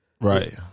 right